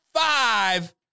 five